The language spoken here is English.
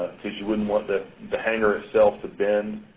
because you wouldn't want the the hanger itself to bend.